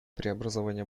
преобразования